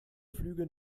flüge